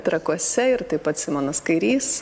trakuose ir taip pat simonas kairys